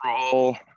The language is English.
control